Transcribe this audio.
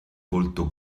volto